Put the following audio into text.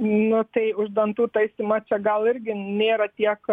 nu tai už dantų taisymą čia gal irgi nėra tiek